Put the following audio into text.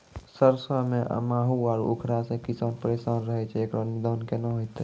सरसों मे माहू आरु उखरा से किसान परेशान रहैय छैय, इकरो निदान केना होते?